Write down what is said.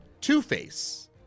Two-Face